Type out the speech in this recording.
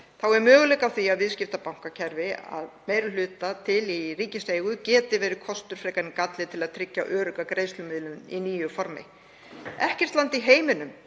Þá er möguleiki á því að viðskiptabankakerfi að meiri hluta til í ríkiseigu geti verið kostur frekar en galli til að tryggja örugga greiðslumiðlun í nýju formi. Ekkert land í heiminum